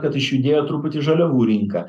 kad išjudėjo truputį žaliavų rinka